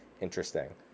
interesting